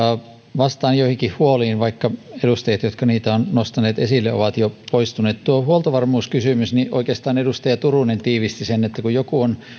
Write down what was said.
vastaan joihinkin huoliin vaikka edustajat jotka niitä ovat nostaneet esille ovat jo poistuneet mitä tulee tuohon huoltovarmuuskysymykseen niin oikeastaan edustaja turunen tiivisti sen että kun joku on